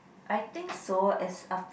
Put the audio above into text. I think so as a